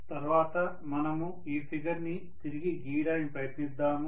తర్వాత మనము ఈ ఫిగర్ ని తిరిగి గీయడానికి ప్రయత్నిద్దాము